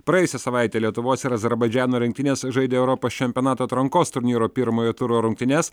praėjusią savaitę lietuvos ir azerbaidžano rinktinės žaidė europos čempionato atrankos turnyro pirmojo turo rungtynes